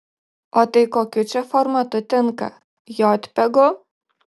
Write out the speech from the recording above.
o tai kokiu čia formatu tinka jotpegu